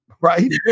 Right